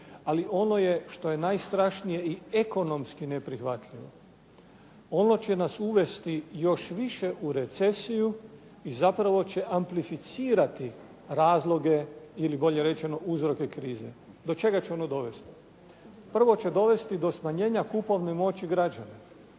ali ono što je najstrašnije i ekonomski neprihvatljivo. Ono će nas uvesti još više u recesiju i zapravo će amplificirati razloge ili bolje rečeno uzroke krize. Do čega će ono dovesti? Prvo će dovesti do smanjenja kupovne moći građana